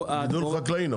גידול חקלאי, נכון?